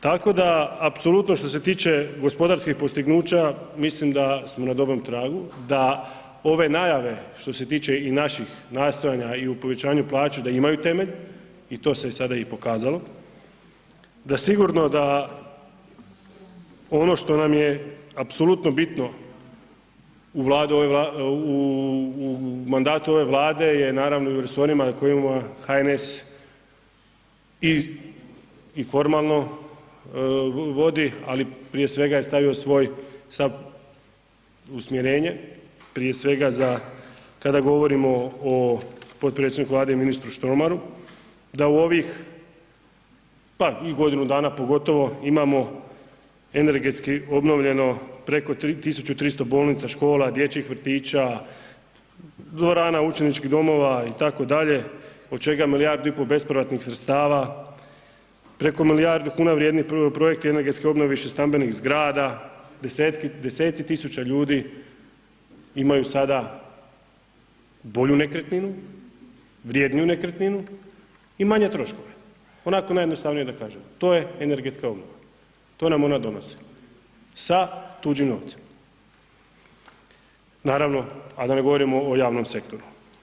Tako da apsolutno što se tiče gospodarskih postignuća mislim da smo na dobrom tragu, da ove najave što se tiče i naših nastojanja i u povećanju plaća da imaju temelj i to se je sada i pokazalo, da sigurno da ono što nam je apsolutno bitno u mandatu ove Vlade je naravno i u resorima koje imamo HNS i formalno vodi, ali prije svega je stavio svoj sav usmjerenje, prije svega za, kada govorimo o potpredsjedniku Vlade i ministru Štromaru, da u ovih pa i godinu dana pogotovo imamo energetski obnovljeno preko 1300 bolnica, škola, dječjih vrtića, dvorana, učeničkih domova itd., od čega milijardu i po bespovratnih sredstava, preko milijardu kuna vrijednih projekti energetske obnove više stambenih zgrada, deseci tisuća ljudi imaju sada bolju nekretninu, vrjedniju nekretninu i manje troškove, onako da najjednostavnije kažem, to je energetska obnova, to nam ona donosi sa tuđim novcima, naravno a da ne govorimo o javnom sektoru.